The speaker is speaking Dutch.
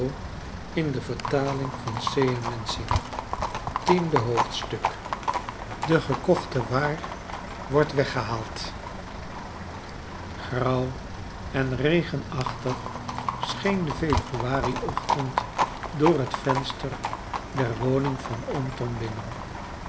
tiende hoofdstuk de gekochte waar wordt weggehaald grauw en regenachtig scheen de februari ochtend door het venster der woning van oom tom binnen